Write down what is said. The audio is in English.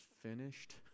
finished